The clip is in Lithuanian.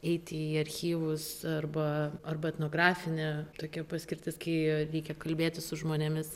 eit į archyvus arba arba etnografine tokia paskirtis kai reikia kalbėti su žmonėmis